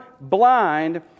blind